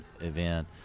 event